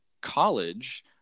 college